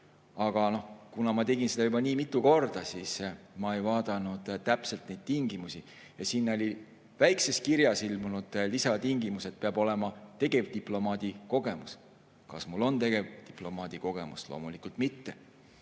Aga kuna ma tegin seda juba nii mitmendat korda, siis ma ei vaadanud täpselt neid tingimusi. Ja sinna oli väikses kirjas ilmunud lisatingimus, et peab olema tegevdiplomaadi kogemus. Kas mul on tegevdiplomaadi kogemus? Loomulikult mitte.